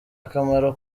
akamaro